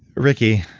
ricki,